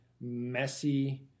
messy